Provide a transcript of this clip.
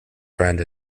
friend